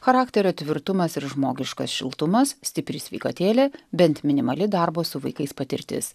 charakterio tvirtumas ir žmogiškas šiltumas stipri sveikatėlė bent minimali darbo su vaikais patirtis